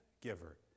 giver